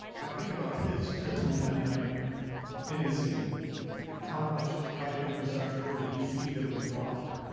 i think about his trip home that night in the city how much bike infrastructure did he see that was blocked?